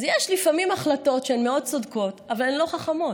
אז יש לפעמים החלטות שהן מאוד צודקות אבל הן לא חכמות.